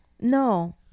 No